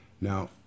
Now